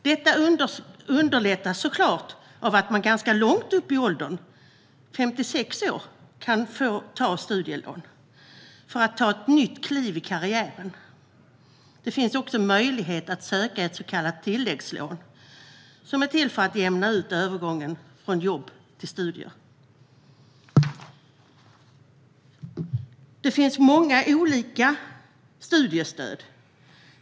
Detta underlättas såklart av att man ganska långt upp i åldern, 56 år, kan få studielån för att ta ett nytt kliv i karriären. Det finns också möjlighet att söka ett så kallat tilläggslån som är till för att jämna ut övergången från jobb till studier. Det finns många olika studiestöd.